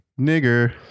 nigger